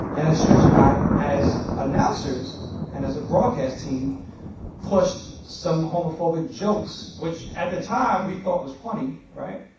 and then stretch and i as announcers and as a broadcast team pushed some homophobic jokes which at the time we thought was funny, right?